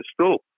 school